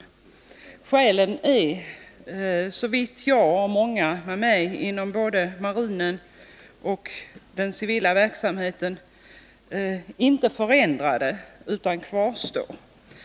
Dessa skäl är, såvitt jag och många med mig inom både marinen och den civila verksamheten förstår, inte förändrade utan kvarstår.